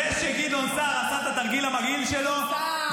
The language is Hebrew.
זה שגדעון סער עשה את התרגיל המגעיל שלו -- גדעון